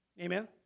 Amen